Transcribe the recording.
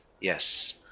Yes